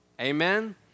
Amen